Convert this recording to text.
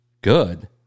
good